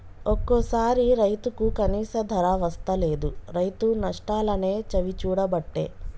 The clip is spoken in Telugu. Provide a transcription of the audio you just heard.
ఒక్కోసారి రైతుకు కనీస ధర వస్తలేదు, రైతు నష్టాలనే చవిచూడబట్టే